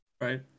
Right